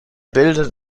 bildet